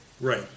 Right